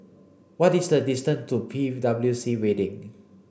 what is the distance to P W C Building